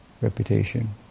reputation